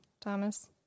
Thomas